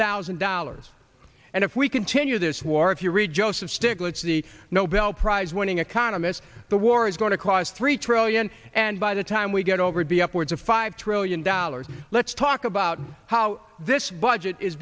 thousand dollars and if we continue this war if you read joseph stiglitz the nobel prize winning economist the war is going to cost three trillion and by the time we get over the upwards of five trillion dollars let's talk about how this budget is